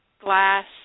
Glass